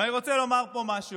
ואני רוצה לומר פה משהו: